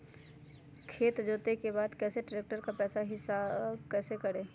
खेत जोते के बाद कैसे ट्रैक्टर के पैसा का हिसाब कैसे करें?